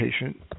patient